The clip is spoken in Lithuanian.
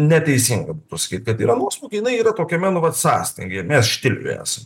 neteisinga pasakyt kad yra nuosmuky jinai yra tokiame nu vat sąstingyje mes štilyje esam